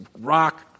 rock